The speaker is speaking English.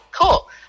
cool